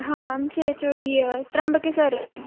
हां आमचे H O D Trambake sir आहेत